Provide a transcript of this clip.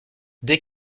dès